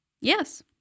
Yes